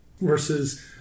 versus